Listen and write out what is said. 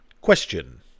Question